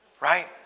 right